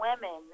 women